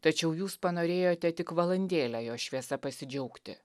tačiau jūs panorėjote tik valandėlę jo šviesa pasidžiaugti